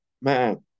man